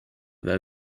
avait